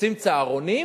רוצים צהרונים?